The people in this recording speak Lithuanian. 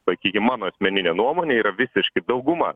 sakykim mano asmenine nuomone yra visiški dauguma